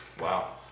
Wow